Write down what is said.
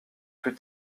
plus